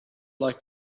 like